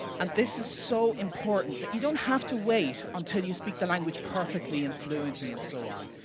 and this is so important, that you don't have to wait until you speak the language perfectly and fluently and so on.